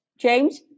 James